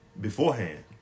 beforehand